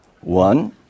One